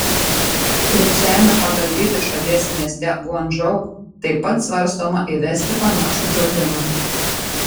trečiajame pagal dydį šalies mieste guangdžou taip pat svarstoma įvesti panašų draudimą